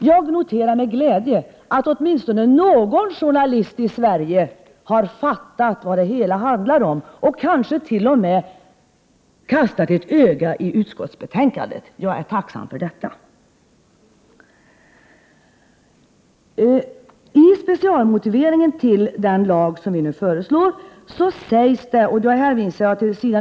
Jag noterar med glädje att ätminstone någon journalist i Sverige har fattat vad det hela handlar om och kanske t.o.m. kastat ett öga i utskottsbetänkandet. Jag är tacksam för detta. I specialmotiveringen till lagen sägs också —s.